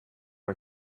are